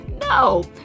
No